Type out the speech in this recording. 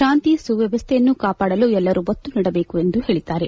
ಶಾಂತಿ ಸುವ್ಯವಸ್ಠೆಯನ್ನು ಕಾಪಾಡಲು ಎಲ್ಲರೂ ಒತ್ತು ನೀಡಬೇಕು ಎಂದು ಹೇಳಿದ್ದಾರೆ